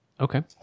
okay